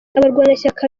abarwanashyaka